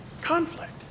conflict